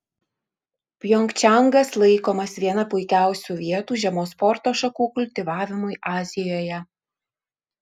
pjongčangas laikomas viena puikiausių vietų žiemos sporto šakų kultivavimui azijoje